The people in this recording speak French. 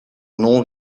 nom